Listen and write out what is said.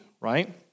Right